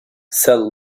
cell